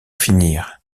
finir